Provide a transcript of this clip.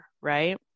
right